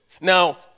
Now